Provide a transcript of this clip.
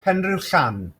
penrhiwllan